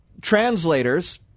translators